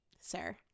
Sir